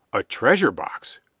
a treasure box!